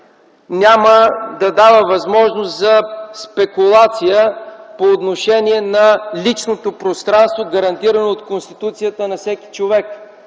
няма да дава възможност за спекулация по отношение на личното пространство, гарантирано от Конституцията, на всеки човек.